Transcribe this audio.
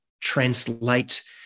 translate